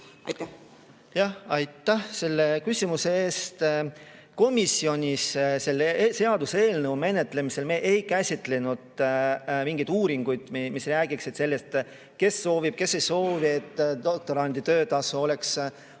kella.) Aitäh selle küsimuse eest! Komisjonis selle seaduseelnõu menetlemisel me ei käsitlenud mingeid uuringuid, mis räägiksid sellest, kes soovib või kes ei soovi, et doktorandi töötasu oleks